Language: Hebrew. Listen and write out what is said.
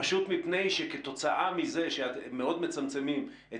פשוט מפני שכתוצאה מזה שמאוד מצמצמים את